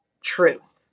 truth